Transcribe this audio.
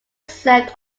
served